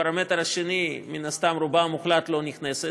בפרמטר השני מן הסתם רובה המוחלט לא נכנסת,